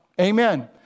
Amen